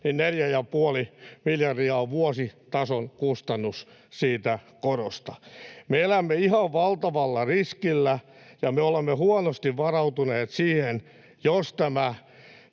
ollaan, vuositason kustannus siitä korosta on 4,5 miljardia. Me elämme ihan valtavalla riskillä, ja me olemme huonosti varautuneet siihen, jos tämä